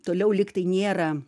toliau lyg tai nėra